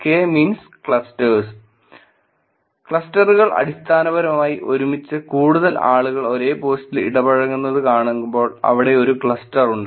K means ക്ലസ്റ്റർസ്ക്ലസ്റ്ററുകൾ അടിസ്ഥാനപരമായി ഒരുമിച്ച് കൂടുതൽ ആളുകൾ ഒരേ പോസ്റ്റിൽ ഇടപഴകുന്നത് കാണുമ്പോൾ അവിടെ ഒരു ക്ലസ്റ്റർ ഉണ്ട്